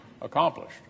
accomplished